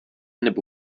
nebo